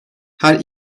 her